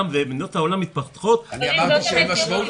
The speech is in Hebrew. מדינות העולם מתפתחות ויש משמעות --- אני אמרתי שאין משמעות?